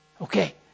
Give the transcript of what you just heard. Okay